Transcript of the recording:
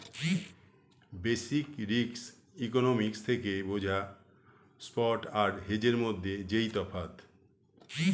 basic risk economics থেকে বোঝা spot আর হেজের মধ্যে যেই তফাৎ